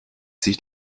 sich